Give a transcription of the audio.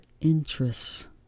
interests